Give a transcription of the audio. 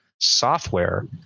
software